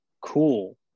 cool